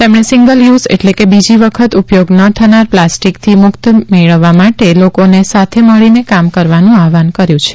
તેમણે single use એટલે કે બીજી વખત ઉપયોગ ન થનાર પ્લાસ્ટિકથી મુક્તિ મેળવવા માટે લોકોને સાથે મળીને કામ કરવાનું આહવાન કર્યું છે